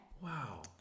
Wow